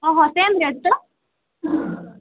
ହଁ ହଁ same rate ତ